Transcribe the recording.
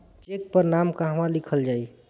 Check पर नाम कहवा लिखल जाइ?